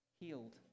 Healed